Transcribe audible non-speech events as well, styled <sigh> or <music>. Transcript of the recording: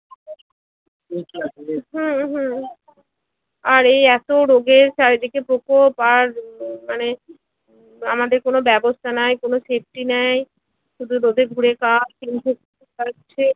হুম হুম আর এই এতো রোগের চারিদিকে প্রকোপ আর মানে আমাদের কোনো ব্যবস্থা নাই কোনো সেফটি নাই শুধু রোদে ঘুরে কাজ <unintelligible>